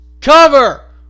cover